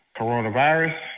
coronavirus